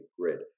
grid